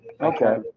Okay